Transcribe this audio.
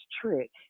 trick